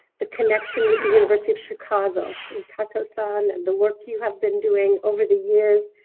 the connection with the university of chicago and kato-san and the work you have been doing over the years.